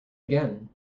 again